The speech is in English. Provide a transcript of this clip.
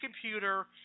computer